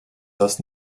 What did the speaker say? das